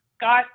got